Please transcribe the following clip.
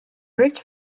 rich